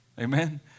Amen